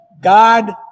God